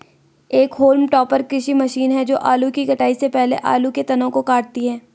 एक haulm topper कृषि machine है जो आलू की कटाई से पहले आलू के तनों को काटती है